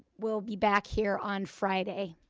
we'll be back here on friday,